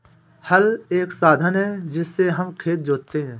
हल एक साधन है जिससे हम खेत जोतते है